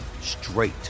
straight